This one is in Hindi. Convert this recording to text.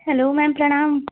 हैलो मैम प्रणाम